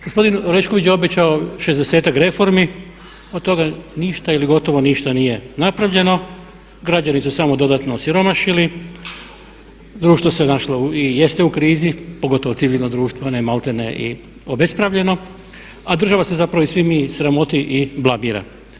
Gospodin Orešković je obećao 60-ak reformi od toga ništa ili gotovo ništa nije napravljeno, građani su samo dodatno osiromašili, društvo se našlo i jeste u krizi, pogotovo civilno društvo, ono je malterne i obespravljeno a država se zapravo i svi mi sramoti i blamira.